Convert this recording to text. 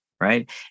right